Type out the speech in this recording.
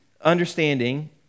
understanding